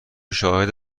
شاهد